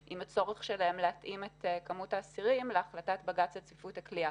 הצורך שלהם להתאים את מספר האסירים להחלטת בג"ץ לגבי צפיפות הכליאה.